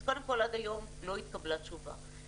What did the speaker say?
אז קודם כל עד היום לא התקבלה תשובה,